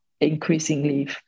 increasingly